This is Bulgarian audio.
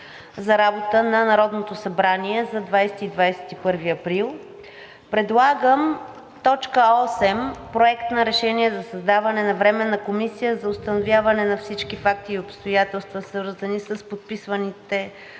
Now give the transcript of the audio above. за работа на Народното събрание за 20 – 21 април. Предлагам точка осем – Проект на решение за създаване на Временна комисия за установяване на всички факти и обстоятелства, свързани с подписваните